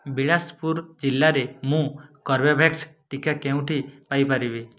ବିଳାସପୁର ଜିଲ୍ଲାରେ ମୁଁ କର୍ବେଭ୍ୟାକ୍ସ୍ ଟିକା କେଉଁଠି ପାଇ ପାରିବି